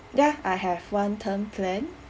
ya I have one term plan